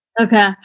Okay